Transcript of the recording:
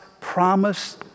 promise